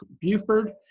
buford